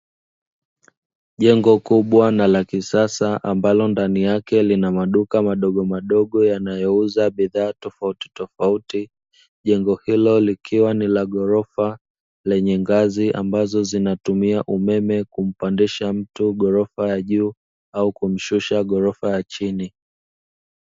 Jengo kubwa na la kisasa ambalo ndani yake lina maduka madogomadogo yanayouza bidhaa tofautitofauti , jengo hilo likiwa ni la ghorofa, lenye ngazi ambazo zinatumia umeme kumpandisha mtu ghorofa ya juu, au kumshusha ghorofa ya chini.